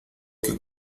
que